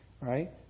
right